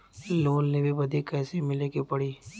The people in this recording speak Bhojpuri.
लोन लेवे बदी कैसे मिले के पड़ी?